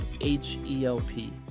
H-E-L-P